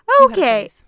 Okay